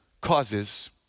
causes